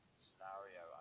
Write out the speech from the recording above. scenario